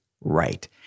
right